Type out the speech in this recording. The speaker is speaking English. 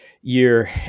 year